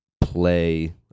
play